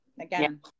again